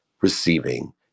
receiving